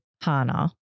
Hana